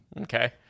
Okay